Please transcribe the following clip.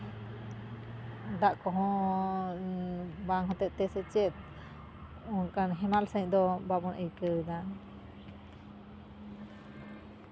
ᱫᱟᱜ ᱠᱚᱦᱚᱸ ᱵᱟᱝ ᱦᱚᱛᱮᱡ ᱛᱮ ᱥᱮ ᱪᱮᱫ ᱚᱱᱠᱟᱱ ᱦᱮᱢᱟᱞ ᱥᱟᱺᱦᱤᱡ ᱫᱚ ᱵᱟᱵᱚᱱ ᱟᱹᱭᱠᱟᱹᱣᱫᱟ